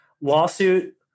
lawsuit